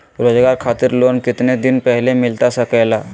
रोजगार खातिर लोन कितने दिन पहले मिलता सके ला?